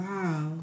Wow